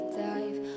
dive